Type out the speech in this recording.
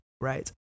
right